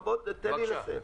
תן לי לסיים.